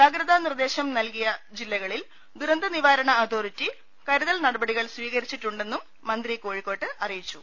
ജാഗ്രതാ നിർദേശം നൽകിയ ജില്ലകളിൽ ദുരന്ത നിവാരണ അതോറിറ്റി കരുതൽ നടപടികൾ സ്വീകരിച്ചിട്ടുണ്ടെന്നും മന്ത്രി കോഴിക്കോട് അറിയിച്ചു